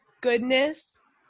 goodness